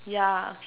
yeah okay